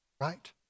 Right